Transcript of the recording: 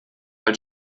als